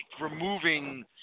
removing